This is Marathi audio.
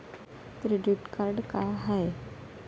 क्रेडिट कार्ड का हाय?